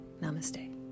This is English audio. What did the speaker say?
Namaste